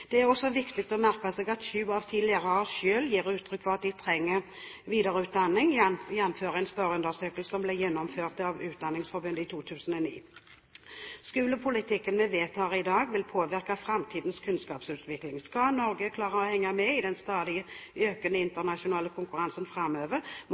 Det er også viktig å merke seg at sju av ti lærere selv gir uttrykk for at de trenger videreutdanning, jf. en spørreundersøkelse som ble gjennomført av Utdanningsforbundet i 2009. Skolepolitikken vi vedtar i dag, vil påvirke framtidens kunnskapsutvikling. Skal Norge klare å henge med i den stadig økende